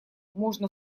можно